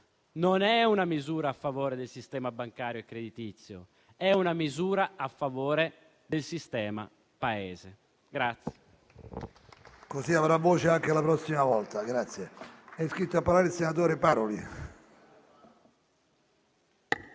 Non è una misura a favore del sistema bancario e creditizio, è una misura a favore del sistema Paese.